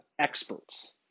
experts